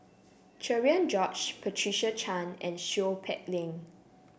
Cherian George Patricia Chan and Seow Peck Leng